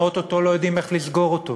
שאנחנו או-טו-טו לא יודעים איך לסגור אותו.